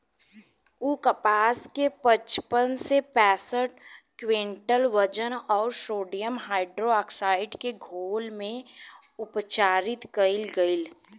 उ कपास के पचपन से पैसठ क्विंटल वजन अउर सोडियम हाइड्रोऑक्साइड के घोल में उपचारित कइल गइल